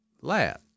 lab